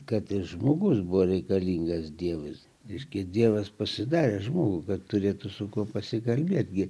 kad žmogus buvo reikalingas dievas irgi dievas pasidaręs žmogų kad turėtų su kuo pasikalbėti gi